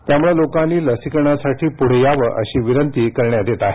त्यामुळ लोकांनी लसीकरणासाठी पुढे यावं अशी विनंती करण्यात येत आहे